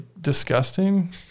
disgusting